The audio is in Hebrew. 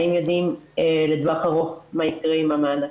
האם יודעים לטווח ארוך מה יקרה עם המענקים?